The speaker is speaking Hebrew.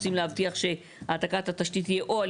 רוצים להבטיח שהעתקת התשתית תהיה או על